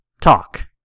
talk